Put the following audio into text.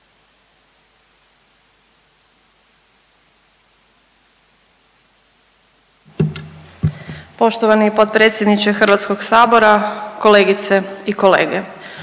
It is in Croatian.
poštovani potpredsjedniče Hrvatskog sabora gospodine